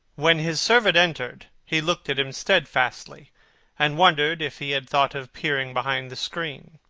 when his servant entered, he looked at him steadfastly and wondered if he had thought of peering behind the screen.